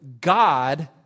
God